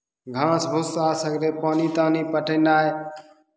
घास भुस्सा सगरे पानि तानि पटेनाइ